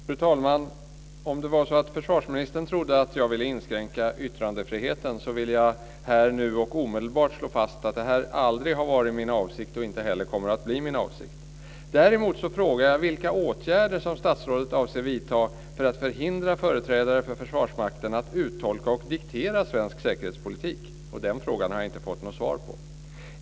Fru talman! Om det var så att försvarsministern trodde att jag ville inskränka yttrandefriheten vill jag här, nu och omedelbart slå fast att det aldrig har varit min avsikt och inte heller kommer att bli det. Däremot frågade jag vilka åtgärder som statsrådet avser att vidta för att förhindra företrädare för Försvarsmakten att uttolka och diktera svensk säkerhetspolitik, och den frågan har jag inte fått något svar på.